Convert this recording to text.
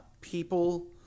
people